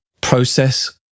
process